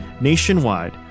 Nationwide